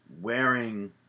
wearing